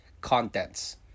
contents